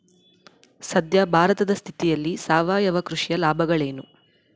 ಸದ್ಯ ಭಾರತದ ಸ್ಥಿತಿಯಲ್ಲಿ ಸಾವಯವ ಕೃಷಿಯ ಲಾಭಗಳೇನು?